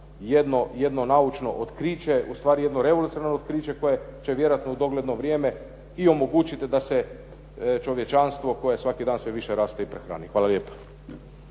jedno naučno otkriće, u stvari jedno revolucionarno otkriće koje će vjerojatno u dogledno vrijeme i omogućiti da se čovječanstvo koje svaki dan sve više raste i prehrani. Hvala lijepa.